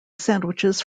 sandwiches